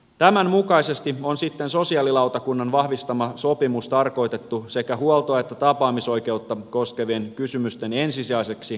tämän mukaisesti on sitten sosiaalilautakunnan vahvistama sopimus tarkoitettu sekä huoltoa että tapaamisoikeutta koskevien kysymysten ensisijaiseksi ratkaisuksi